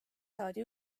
saadi